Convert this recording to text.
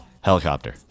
Helicopter